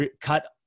cut